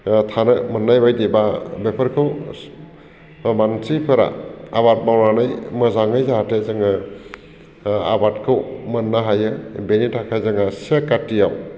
थानो मोननाय बायदियै बा बेफोरखौ मानसिफोरा आबाद मावनानै मोजाङै जाहाथे जोङो आबादखौ मोननो हायो बेनि थाखाय जोंहा से कातियाव